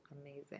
amazing